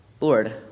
lord